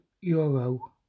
euro